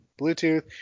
Bluetooth